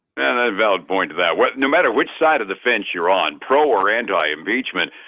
and ah, valid point to that. what no matter which side of the fence you're on, pro or anti impeachment,